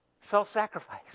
Self-sacrifice